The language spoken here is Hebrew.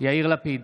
יאיר לפיד,